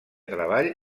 treball